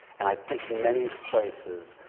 and i think many places,